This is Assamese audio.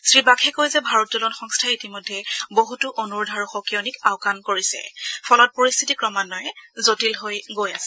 শ্ৰীবাখে কয় যে ভাৰোত্তোলন সংস্থাই ইতিমধ্যে বহুতো অনুৰোধ আৰু সকিয়নিক আওকাণ কৰিছে ফলত পৰিস্থিতিত ক্ৰমান্নয়ে জটিল হৈ গৈ আছে